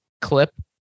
clip